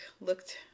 looked